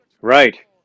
Right